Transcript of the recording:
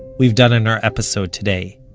we've done in our episode today